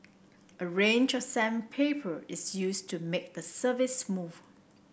a range of sandpaper is used to make the surface smooth